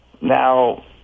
Now